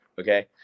Okay